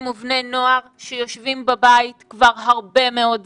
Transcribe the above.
ובני נוער שיושבים בבית כבר הרבה מאוד זמן,